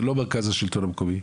זה לא מרכז השלטון המקומי,